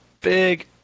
big